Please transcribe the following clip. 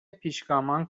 پیشگامان